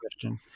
question